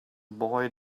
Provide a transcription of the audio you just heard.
boy